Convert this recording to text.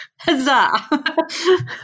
huzzah